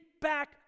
back